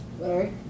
Larry